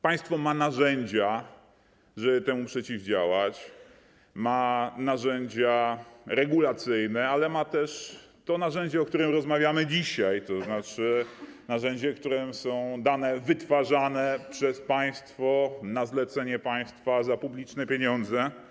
Państwo ma narzędzia, żeby temu przeciwdziałać, ma narzędzia regulacyjne, ale też ma to narzędzie, o którym rozmawiamy dzisiaj, tzn. narzędzie, którym są dane wytwarzane przez państwo, na zlecenie państwa, za publiczne pieniądze.